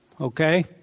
okay